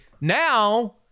Now